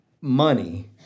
money